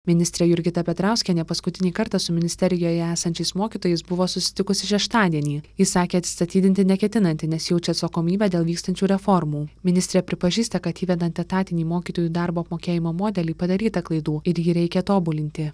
ministrė jurgita petrauskienė paskutinį kartą su ministerijoje esančiais mokytojais buvo susitikusi šeštadienį ji sakė atsistatydinti neketinanti nes jaučia atsakomybę dėl vykstančių reformų ministrė pripažįsta kad įvedant etatinį mokytojų darbo apmokėjimo modelį padaryta klaidų ir jį reikia tobulinti